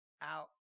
out